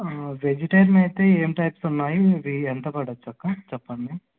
vegetarian అయితే ఏం types ఉన్నాయి ఇవి ఎంత పడవచ్చు అక్క చెప్పండి